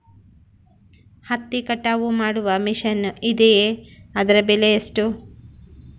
ಹತ್ತಿ ಕಟಾವು ಮಾಡುವ ಮಿಷನ್ ಇದೆಯೇ ಅದರ ಬೆಲೆ ಎಷ್ಟು?